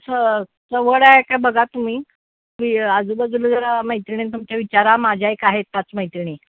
हो सवड आहे का बघा तुम्ही आजूबाजूला जरा मैत्रिणीना तुमच्या विचारा माझ्या एक आहेत पाच मैत्रिणी